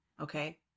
okay